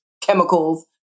chemicals